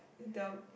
the